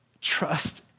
trust